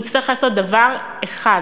הוא יצטרך לעשות דבר אחד,